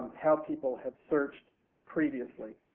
how people have searched previously.